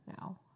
now